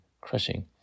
crushing